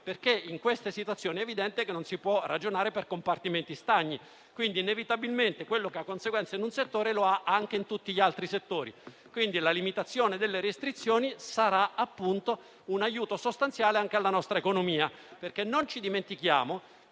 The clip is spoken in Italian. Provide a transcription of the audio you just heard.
prima. In queste situazioni è infatti evidente che non si può ragionare per compartimenti stagni, per cui inevitabilmente quello che ha conseguenze in un settore lo ha anche in tutti gli altri. La limitazione delle restrizioni sarà dunque un aiuto sostanziale anche alla nostra economia: non dimentichiamoci